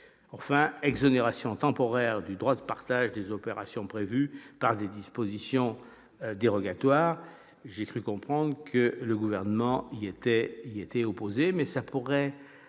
et l'exonération temporaire du droit de partage des opérations prévues par le dispositif dérogatoire. J'ai cru comprendre que le Gouvernement était opposé à cette